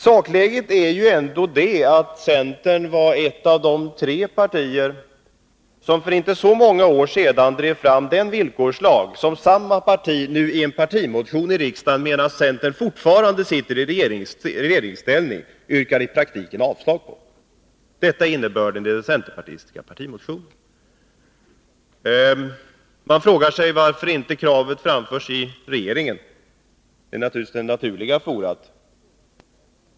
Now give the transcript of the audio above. Sakläget är ju ändå att centern var ett av de tre partier som för inte så många år sedan drev fram den villkorslag som samma parti nu i en partimotion i riksdagen, medan centern fortfarande befinner sig i regeringsställning, i praktiken vill upphäva. Detta är innebörden i den centerpartistiska partimotionen. Man frågar sig varför kravet inte framförs till regeringen — den är givetvis det naturliga forumet.